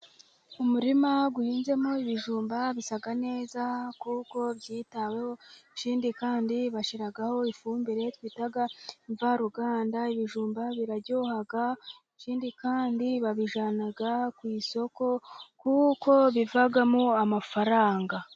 Umurima uhinzemo ibijumba, bisa neza kuko byitaweho, ikindi kandi bashyiraho ifumbire twita imvaruganda, ibijumba biraryoha ikindi kandi babijyana ku isoko kuko bivamo amafaranga.